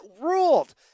ruled